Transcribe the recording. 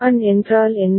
an என்றால் என்ன